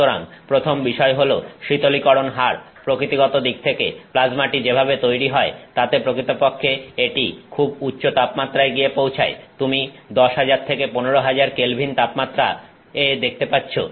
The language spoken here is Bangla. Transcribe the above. সুতরাং প্রথম বিষয় হল শীতলীকরণ হার প্রকৃতিগত দিক থেকে প্লাজমাটি যেভাবে তৈরি হয় তাতে প্রকৃতপক্ষে এটি খুব উচ্চ তাপমাত্রায় গিয়ে পৌঁছায় তুমি 10000 থেকে 15000K তাপমাত্রায় দেখতে পাচ্ছ